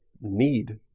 need